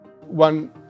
One